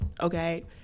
okay